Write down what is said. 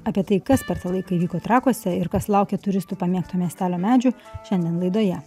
apie tai kas per tą laiką įvyko trakuose ir kas laukia turistų pamėgto miestelio medžių šiandien laidoje